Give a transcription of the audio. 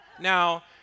Now